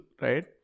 right